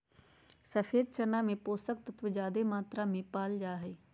सफ़ेद चना में पोषक तत्व ज्यादे मात्रा में पाल जा हइ